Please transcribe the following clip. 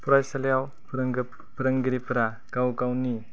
फरायसालियाव फोरों फोरोंगिरिफोरा गाव गावनि